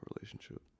relationship